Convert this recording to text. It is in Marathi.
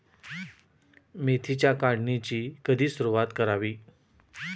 मेथीच्या काढणीची कधी सुरूवात करावी?